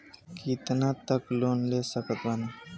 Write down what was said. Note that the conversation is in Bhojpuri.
कितना तक लोन ले सकत बानी?